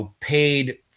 paid